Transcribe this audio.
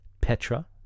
Petra